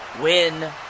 Win